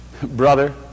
brother